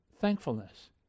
thankfulness